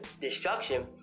destruction